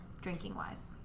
drinking-wise